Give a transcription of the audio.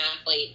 athlete